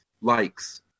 likes